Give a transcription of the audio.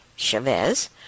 Chavez